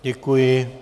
Děkuji.